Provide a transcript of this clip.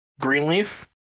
greenleaf